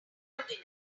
good